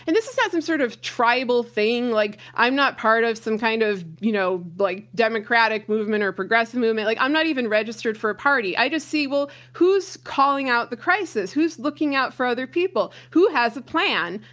and this is not some sort of tribal thing, like i'm not part of some kind of you know like democratic movement or progressive movement. like i'm not even registered for a party. i just see, well who's calling out the crisis? who's looking out for other people? who has a plan?